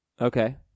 Okay